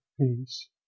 peace